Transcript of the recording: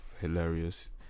hilarious